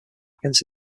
against